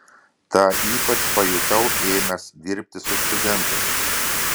tą ypač pajutau ėmęs dirbti su studentais